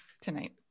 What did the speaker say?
tonight